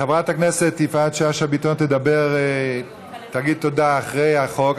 חברת הכנסת יפעת שאשא ביטון תגיד תודה אחרי החוק.